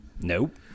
Nope